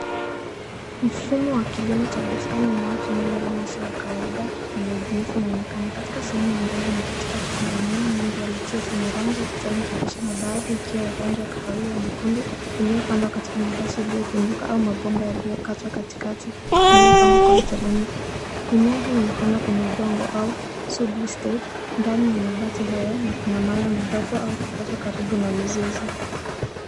Mfumo wa kilimo cha bustani unaotumia mbinu isiyo ya kawaida na ya ubunifu inaonekana. Katika sehemu ya mbele na katikati kuna mimea mingi ya lettuce yenye rangi ya kijani kibichi na baadhi ikiwa ya rangi ya kahawia nyekundu iliyopandwa katika mabasi iliyopenduka au mabomba yaliyokatwa katikati iliyopangwa kwa mteremko. Mimea hii imepandwa kwenye udongo au subli state . Ndani ya mabati hayo kuna mawe madogo au kokoto karibu na mizizi.